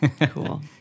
Cool